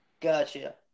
gotcha